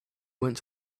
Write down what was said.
went